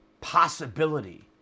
possibility